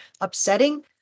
upsetting